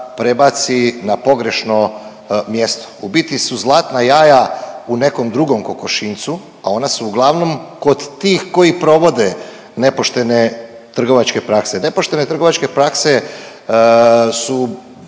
prebaci na pogrešno mjesto. U biti su zlatna jaja u nekom drugom kokošinjcu, a ona su uglavnom kod tih koji provode nepoštene trgovačke prakse. Nepoštene trgovačke prakse su